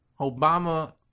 Obama